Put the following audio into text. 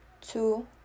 two